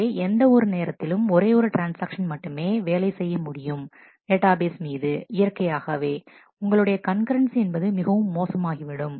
எனவே எந்த ஒரு நேரத்திலும் ஒரே ஒரு ட்ரான்ஸ்ஆக்ஷன் மட்டுமே வேலை செய்ய முடியும் டேட்டாபேஸ் மீது இயற்கையாகவே உங்களுடைய கண்கரன்சி என்பது மிகவும் மோசமாகிவிடும்